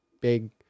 big